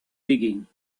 digging